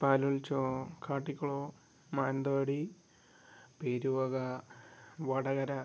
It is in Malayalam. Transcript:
പാലുൽച്ചം കാട്ടിക്കുളം മാനന്തവാടി പെരുവക വടകര